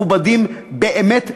מכובדים באמת,